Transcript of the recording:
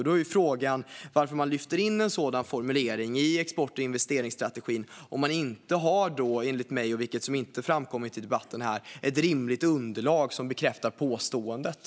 Då är frågan varför man lyfter in en sådan formulering i export och investeringsstrategin om man inte har, enligt mig, ett rimligt underlag som bekräftar påståendet. Det har inte framkommit i debatten här.